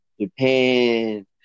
Japan